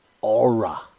aura